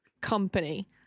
company